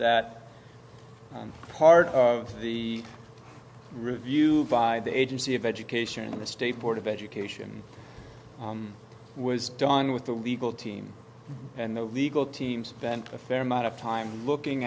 that part of the review by the agency of education the state board of education was done with the legal team and the legal team spent a fair amount of time looking